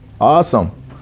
Awesome